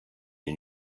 les